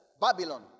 Babylon